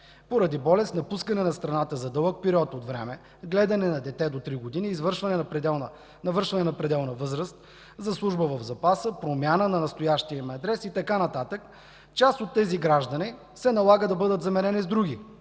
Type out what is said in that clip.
Поради болест, напускане на страната за дълъг период от време, гледане на дете до 3 години, навършване на пределна възраст за служба в запаса, промяна на настоящия им адрес и така нататък част от тези граждани се налага да бъдат заменени с други